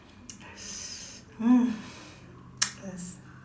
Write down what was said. mm it's